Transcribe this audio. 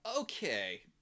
Okay